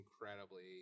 incredibly